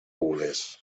gules